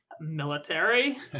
military